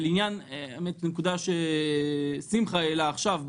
לעניין הנקודה ששמחה העלה עכשיו,